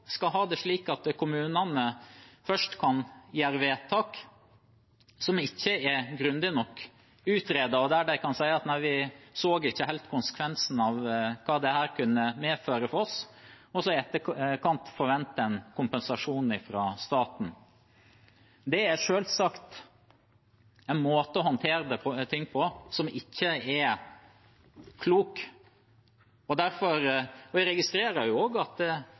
skal ha det slik at kommunene først kan gjøre vedtak som ikke er grundig nok utredet, deretter kan si at de ikke helt så konsekvensene av hva dette kunne medføre for dem, og så forventer en kompensasjon fra staten i etterkant? Det er selvsagt en måte å håndtere ting på som ikke er klok. Jeg registrerer også at regjeringspartiene erkjenner at